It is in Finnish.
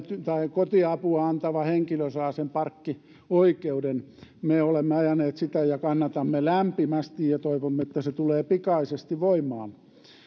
kotiapua antava henkilö saa sen parkkioikeuden me olemme ajaneet sitä kannatamme sitä lämpimästi ja toivomme että se tulee pikaisesti voimaan